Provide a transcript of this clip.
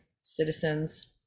Citizens